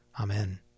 Amen